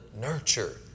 Nurture